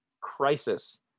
crisis